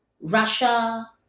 Russia